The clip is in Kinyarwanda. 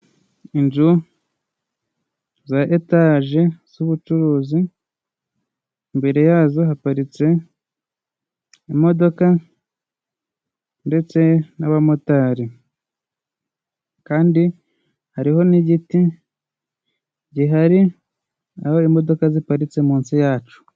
Inzu za etaje z'ubucuruzi imbere yazo haparitse imodoka ndetse n'abamotari, kandi hariho n'igiti gihari aho imodoka ziparitse munsi yaco.